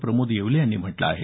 प्रमोद येवले यांनी म्हटलं आहे